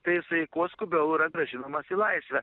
tai jisai kuo skubiau yra grąžinamas į laisvę